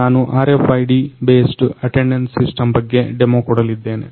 ನಾನು RFID based attendance system ಬಗ್ಗೆ demo ಕೊಡಲಿದ್ದೇನೆ